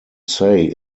say